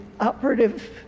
operative